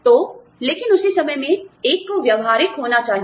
तो लेकिन उसी समय में एक को व्यावहारिक होना चाहिए